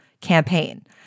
campaign